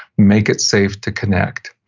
make it safe to connect.